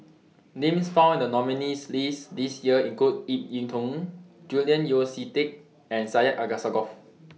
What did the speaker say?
Names found in The nominees' list This Year include Ip Yiu Tung Julian Yeo See Teck and Syed Alsagoff